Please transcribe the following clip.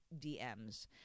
DMs